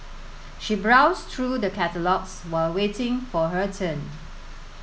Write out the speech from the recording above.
she browsed through the catalogues while waiting for her turn